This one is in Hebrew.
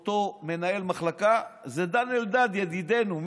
אותו מנהל מחלקה, זה דן אלדד, ידידנו.